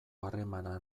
harremana